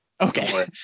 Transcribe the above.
Okay